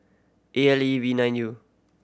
A L E V nine U